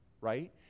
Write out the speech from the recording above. right